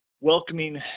welcoming